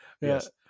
yes